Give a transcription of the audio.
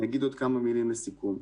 אני אגיד עוד כמה מילים לסיכום.